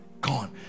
Gone